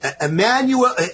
Emmanuel